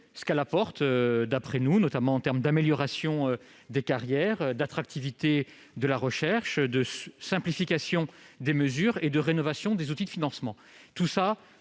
de loi prévoit des avancées en termes d'amélioration des carrières, d'attractivité de la recherche, de simplification des mesures et de rénovation des outils de financement.